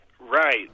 Right